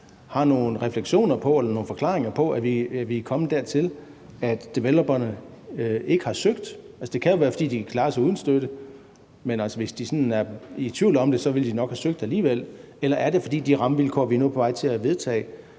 har nogle refleksioner over eller nogle forklaringer på, at vi er kommet dertil, at developerne ikke har søgt. Det kan jo være, fordi de kan klare sig uden støtte, men hvis de sådan er i tvivl om det, ville de nok have søgt alligevel. Eller er det, fordi de rammevilkår, vi nu er på vej til at vedtage,